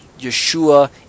Yeshua